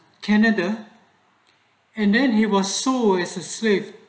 canada and then he was sore is a slave